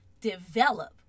develop